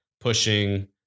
pushing